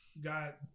got